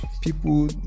people